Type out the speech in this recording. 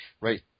right